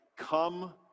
Come